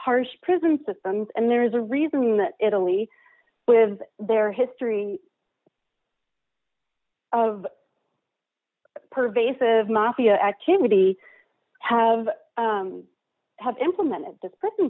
harsh prison systems and there is a reason that italy with their history of pervasive mafia activity have have implemented